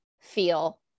feel